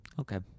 Okay